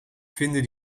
vinden